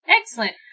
Excellent